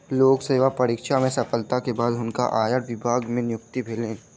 लोक सेवा परीक्षा में सफलता के बाद हुनका आयकर विभाग मे नियुक्ति भेलैन